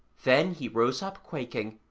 then he rose up, quaking,